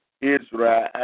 Israel